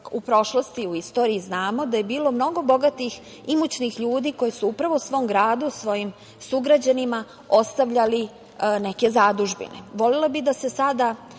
U prošlosti, u istoriji znamo da je bilo mnogo bogatih, imućnih ljudi koji su upravo svom gradu, svojim sugrađanima ostavljali neke zadužbine.